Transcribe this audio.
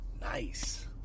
nice